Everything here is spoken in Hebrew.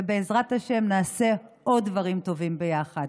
ובעזרת השם נעשה עוד דברים טובים ביחד.